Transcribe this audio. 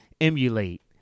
emulate